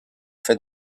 fait